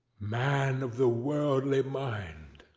man of the worldly mind!